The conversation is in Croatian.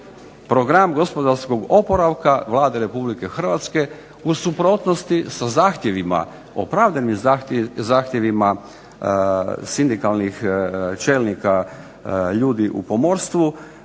program gospodarskog oporavka Vlade Republike Hrvatske u suprotnosti sa zahtjevima, opravdanim zahtjevima sindikalnih čelnika ljudi u pomorstvu,